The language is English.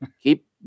keep